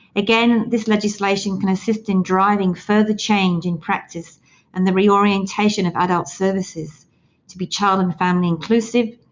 again, this legislation can assist in driving further change in practice and the re-orientation of adult services to be child and family inclusive,